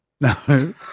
No